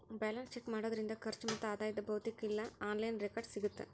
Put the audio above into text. balance check ಮಾಡೋದ್ರಿಂದ ಖರ್ಚು ಮತ್ತ ಆದಾಯದ್ ಭೌತಿಕ ಇಲ್ಲಾ ಆನ್ಲೈನ್ ರೆಕಾರ್ಡ್ಸ್ ಸಿಗತ್ತಾ